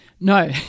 No